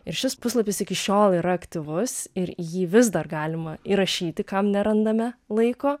ir šis puslapis iki šiol yra aktyvus ir jį vis dar galima įrašyti kam nerandame laiko